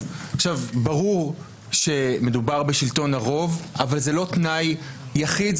ברור שמדובר בשלטון הרוב אבל זה לא תנאי יחיד.